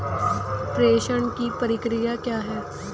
प्रेषण की प्रक्रिया क्या है?